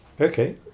Okay